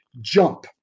Jump